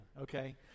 okay